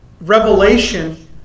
revelation